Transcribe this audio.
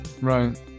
Right